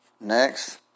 Next